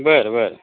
बरं बरं